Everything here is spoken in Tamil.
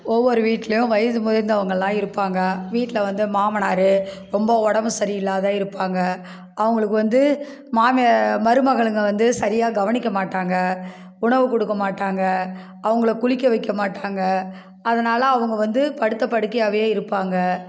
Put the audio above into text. ஒவ்வொரு வீட்டிலயும் வயசு முதிர்ந்தவங்கலாம் இருப்பாங்க வீட்டில வந்து மாமனார் ரொம்ப உடம்பு சரி இல்லாத இருப்பாங்க அவங்களுக்கு வந்து மாமியார் மருமகளுங்க வந்து சரியாக கவனிக்க மாட்டாங்க உணவு கொடுக்க மாட்டாங்க அவங்கள குளிக்க வைக்க மாட்டாங்க அதனால் அவங்க வந்து படுத்த படுக்கையாகவே இருப்பாங்க